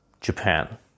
Japan